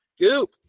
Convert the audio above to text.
Goop